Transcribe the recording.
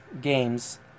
Games